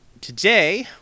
today